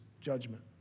judgment